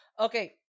okay